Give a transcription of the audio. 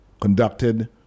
conducted